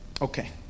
okay